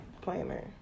planner